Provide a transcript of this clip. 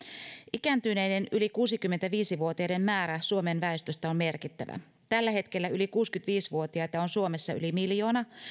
ikääntyneiden yli kuusikymmentäviisi vuotiaiden määrä suomen väestöstä on merkittävä tällä hetkellä yli kuusikymmentäviisi vuotiaita on suomessa yli miljoona